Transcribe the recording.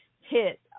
hit